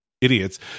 idiots